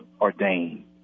ordained